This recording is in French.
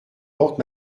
porte